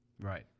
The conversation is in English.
Right